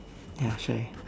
ya shy